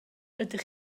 ydych